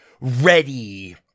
ready